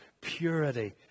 purity